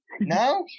no